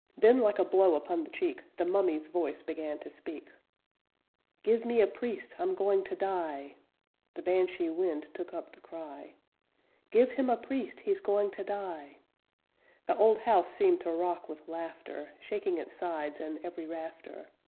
then, like a blow upon the cheek, the mummy's voice began to speak give me a priest! i'm going to die the banshee wind took up the cry give him a priest, he's going to die the old house seemed to rock with laughter, shaking its sides and every rafter.